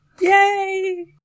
Yay